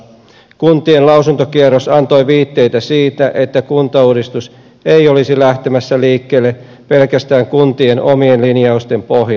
kuntien lausuntokierros antoi viitteitä siitä että kuntauudistus ei olisi lähtemässä liikkeelle pelkästään kuntien omien linjauksien pohjalta